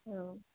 औ